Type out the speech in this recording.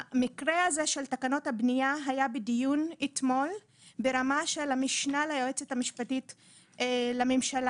נושא תקנות הבנייה נדון אתמול ברמה של המשנה ליועצת המשפטית לממשלה,